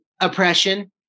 oppression